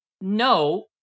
no